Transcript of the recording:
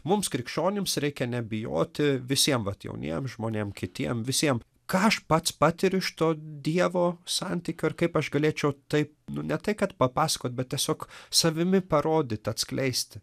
mums krikščionims reikia nebijoti visiem vat jauniem žmonėm kitiem visiem ką aš pats patiriu iš to dievo santykio ir kaip aš galėčiau taip nu ne tai kad papasakot bet tiesiog savimi parodyti atskleisti